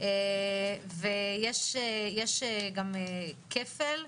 ויש גם כפל,